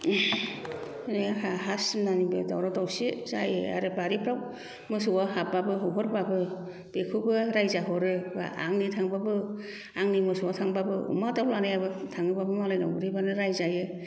नै आंहा हा सिमनानिबो दावराव दावसि जायो आरो बारिफ्राव मोसौआ हाबब्लाबो होहरब्लाबो बेखौबो रायजाहरो आंनि थांबाबो आंनि मोसौ थांबाबो अमा दाव थाङोबाबो मालायनाव उरहैबानो रायजायो